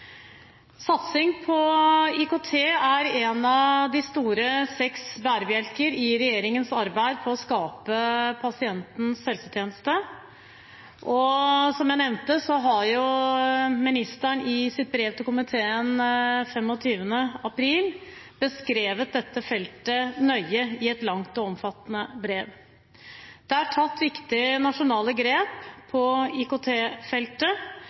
Satsing på IKT er en av de seks store bærebjelkene i regjeringens arbeid for å skape pasientens helsetjeneste. Og som jeg nevnte, har ministeren i sitt brev til komiteen den 25. april beskrevet dette feltet nøye i et langt og omfattende brev. Det er tatt viktige nasjonale grep